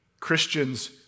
Christians